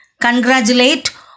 congratulate